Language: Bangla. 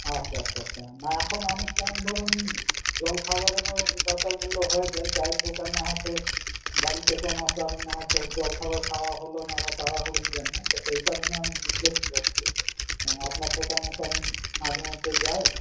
আচ্ছা আচ্ছা আচ্ছা না এখন অনেক টাইম ধরুন জলখাবারেরও ব্যাপারগুলো হয়ে যায় চায়ের দোকানে হয়ত বাড়িতে কোনও কারণে হয়ত জলখাবার খাওয়া হল না বা তাড়াহুড়োর জন্য তো সেই কারণে আমি জিজ্ঞেস করছি আপনার দোকানে তো আমি মাঝেমধ্যে যাই